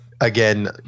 again